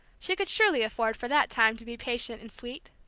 she could surely afford for that time to be patient and sweet.